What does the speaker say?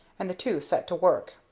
and the two set to work.